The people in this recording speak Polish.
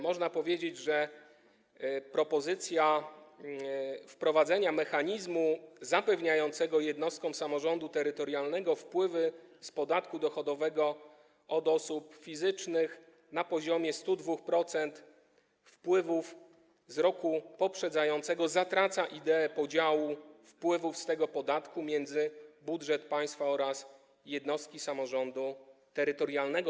Można powiedzieć, że propozycja wprowadzenia mechanizmu zapewniającego jednostkom samorządu terytorialnego wpływy z podatku dochodowego od osób fizycznych na poziomie 102% wpływów z roku poprzedzającego zatraca ideę podziału wpływów z tego podatku między budżet państwa oraz jednostki samorządu terytorialnego.